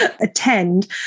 attend